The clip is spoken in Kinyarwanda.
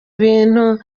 ibintu